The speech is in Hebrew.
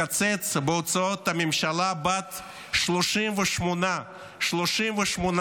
לקצץ בהוצאות הממשלה בת 38 השרים,